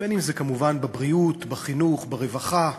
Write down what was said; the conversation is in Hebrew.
אם כמובן בבריאות, בחינוך, ברווחה.